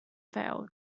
failed